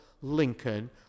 Lincoln